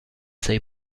sei